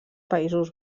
països